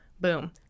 boom